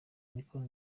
niko